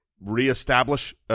reestablish